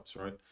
right